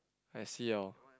I see orh